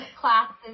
classes